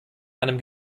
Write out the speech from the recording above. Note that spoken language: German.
einem